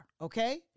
Okay